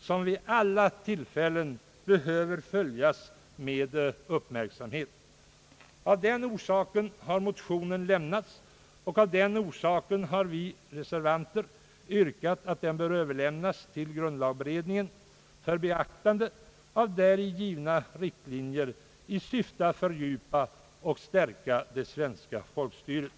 som vid alla tillfällen behöver följas med uppmärksamhet. Av den orsaken har motionen väckts, och av den orsaken har vi reservanter yrkat att den bör överlämnas till grundlagberedningen för beaktande av däri givna riktlinjer i syfte att fördjupa och stärka det svenska folkstyret.